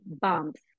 bumps